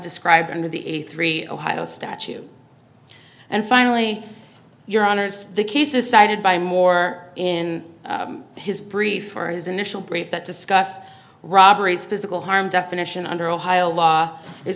described under the a three ohio statute and finally your honour's the cases cited by moore in his brief for his initial brief that discuss robberies physical harm definition under ohio law is